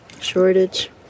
shortage